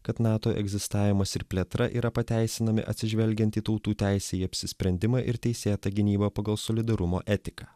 kad nato egzistavimas ir plėtra yra pateisinami atsižvelgiant į tautų teisę į apsisprendimą ir teisėtą gynybą pagal solidarumo etiką